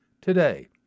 today